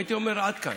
הייתי אומר: עד כאן.